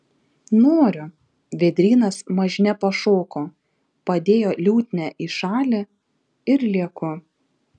noriu vėdrynas mažne pašoko padėjo liutnią į šalį ir lieku